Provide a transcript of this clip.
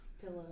pillow